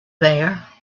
there